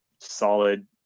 solid